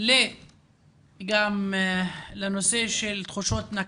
גם בתיכון.